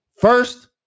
First